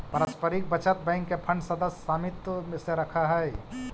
पारस्परिक बचत बैंक के फंड सदस्य समित्व से रखऽ हइ